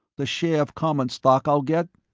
the share of common stock i'll get.